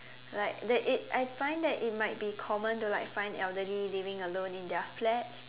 like that it I find that it might be common to like find elderly living alone in their flats